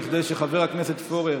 כדי שחבר הכנסת פורר